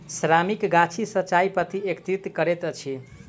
श्रमिक गाछी सॅ चाय पत्ती एकत्रित करैत अछि